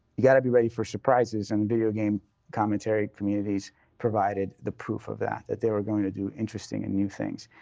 you've got to be ready for surprises, and video game commentary communities provided the proof of that, that they were going to do interesting and new things.